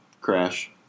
crash